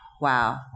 Wow